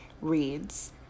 reads